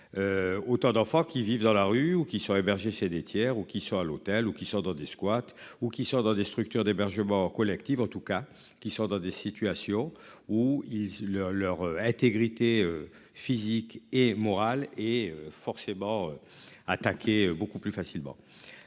Autant d'enfants qui vivent dans la rue ou qui sont hébergés chez des tiers, ou qui sont à l'hôtel ou qui sont dans des squats ou qui sont dans des structures d'hébergement collectives en tout cas qui sont dans des situations où. Leur leur intégrité physique et morale et forcément attaqué beaucoup plus facilement.